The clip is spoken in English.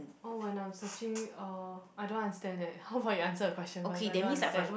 oh when I'm searching uh I don't understand eh how about you answer the question first I don't understand